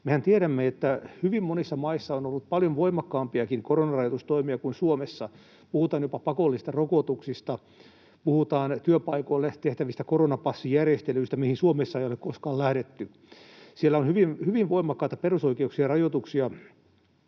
Mehän tiedämme, että hyvin monissa maissa on ollut paljon voimakkaampiakin koronarajoitustoimia kuin Suomessa. Puhutaan jopa pakollisista rokotuksista, puhutaan työpaikoille tehtävistä koronapassijärjestelyistä, mihin Suomessa ei ole koskaan lähdetty. Siellä on hyvin voimakkaita perusoikeuksien rajoituksia